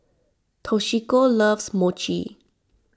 Toshiko loves Mochi